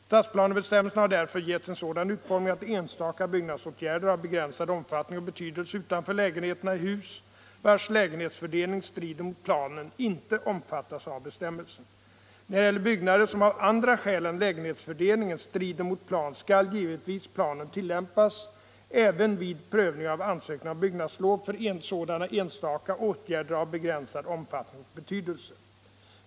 Stadsplanebestämmelserna har därför getts en sådan utformning att enstaka byggnadsåtgärder av begränsad omfattning och betydelse utanför lägenheterna i hus vars lägenhetsfördelning strider mot planen inte omfattas av bestämmelsen. När det gäller byggnader som, av andra skäl än lägenhetsfördelningen, strider mot plan skall givetvis planen tillämpas även vid prövning av ansökningar om byggnadslov för 13 sådana enstaka åtgärder av begränsad omfattning och betydelse.